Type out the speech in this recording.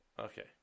okay